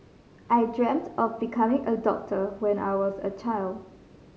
I dreamt of becoming a doctor when I was a child